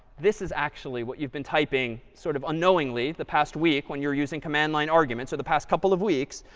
this is actually what you've been typing sort of unknowingly the past week when you were using command line arguments, or the past couple of weeks.